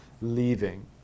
leaving